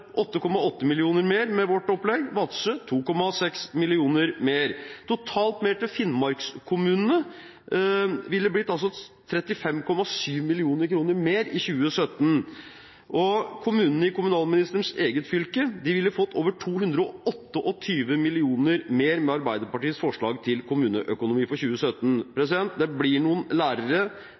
8,8 mill. kr mer med vårt opplegg, Vadsø 2,6 mill. kr mer. Totalt mer til Finnmarks-kommunene ville altså blitt 35,7 mill. kr i 2017. Kommunene i kommunalministerens eget fylke ville fått over 228 mill. kr mer med Arbeiderpartiets forslag til kommuneøkonomi for 2017. Det blir noen lærere,